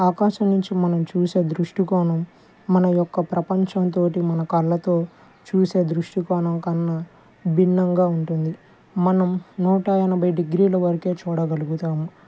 ఆకాశం నుంచి మనం చూసే దృష్టికోణం మన యొక్క ప్రపంచంతో మన కళ్ళతో చూసే దృష్టికోణం కన్నా భిన్నంగా ఉంటుంది మనం నూట ఎనభై డిగ్రీల వరకే చూడగలుగుతాం